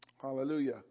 Hallelujah